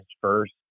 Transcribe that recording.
first